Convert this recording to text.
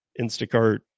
Instacart